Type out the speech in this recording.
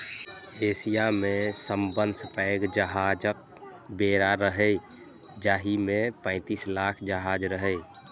Asia मे सबसं पैघ जहाजक बेड़ा रहै, जाहि मे पैंतीस लाख जहाज रहै